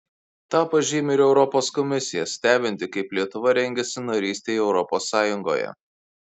tą pažymi ir europos komisija stebinti kaip lietuva rengiasi narystei europos sąjungoje